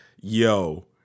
yo